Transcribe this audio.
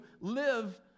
live